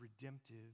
redemptive